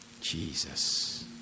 Jesus